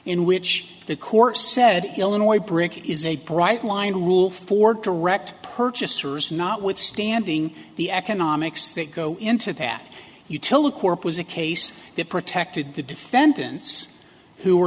in which the court said illinois brick is a bright line rule for direct purchasers not withstanding the economics that go into that utility corp was a case that protected the defendants who